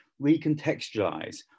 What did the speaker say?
recontextualize